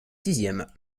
sixième